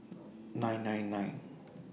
nine nine nine